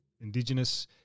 Indigenous